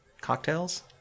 Cocktails